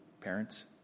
parents